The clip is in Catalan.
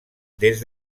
des